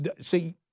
see